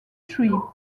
three